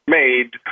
made